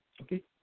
Okay